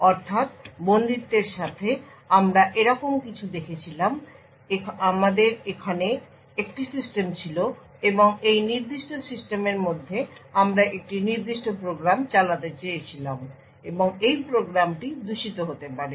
অর্থাৎ বন্দিত্বের সাথে আমরা এরকম কিছু দেখেছিলাম আমাদের এখানে একটি সিস্টেম ছিল এবং এই নির্দিষ্ট সিস্টেমের মধ্যে আমরা একটি নির্দিষ্ট প্রোগ্রাম চালাতে চেয়েছিলাম এবং এই প্রোগ্রামটি দূষিত হতে পারে